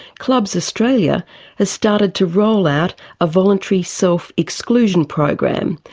clubs australia has started to roll out a voluntary self-exclusion program,